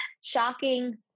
shocking